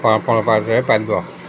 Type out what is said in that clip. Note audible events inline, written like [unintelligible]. [unintelligible]